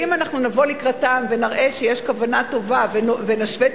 אם אנחנו נבוא לקראתם ונראה שיש כוונה טובה ונשווה את